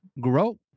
grow